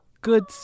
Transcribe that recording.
good